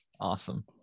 Awesome